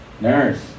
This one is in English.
nurse